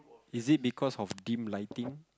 is it because of dim lighting